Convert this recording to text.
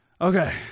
okay